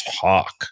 Talk